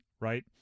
right